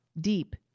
deep